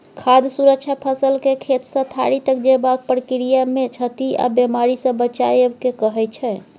खाद्य सुरक्षा फसलकेँ खेतसँ थारी तक जेबाक प्रक्रियामे क्षति आ बेमारीसँ बचाएब केँ कहय छै